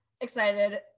excited